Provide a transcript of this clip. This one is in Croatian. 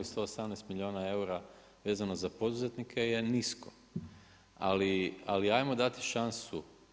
118 milijuna eura vezano za poduzetnike je nisko, ali ajmo dati šansu.